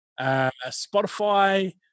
Spotify